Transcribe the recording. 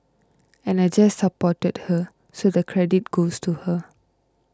and I just supported her so the credit goes to her